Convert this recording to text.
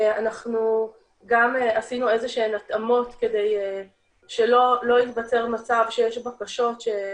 עשינו גם איזה שהן התאמות כדי שלא ייווצר מצב שיש בקשות של